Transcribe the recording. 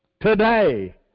Today